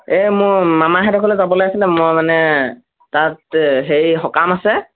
এই মোৰ মামাহঁতৰ ঘৰলৈ যাবলৈ আছিলে মই মানে তাত হেৰি সকাম আছে